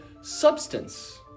substance